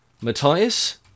Matthias